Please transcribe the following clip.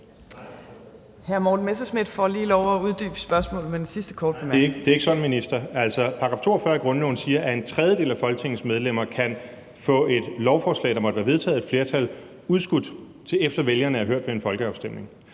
Hr. Morten Messerschmidt får lige lov at uddybe spørgsmålet med den sidste korte bemærkning. Kl. 15:00 Morten Messerschmidt (DF): Nej, det er ikke sådan, minister. Altså, § 42 i grundloven siger, at en tredjedel af Folketingets medlemmer kan få et lovforslag, der måtte være vedtaget af et flertal, udskudt, til efter at vælgerne er hørt ved en folkeafstemning.